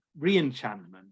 reenchantment